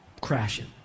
crashing